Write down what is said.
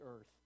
earth